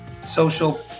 social